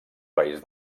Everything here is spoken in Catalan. país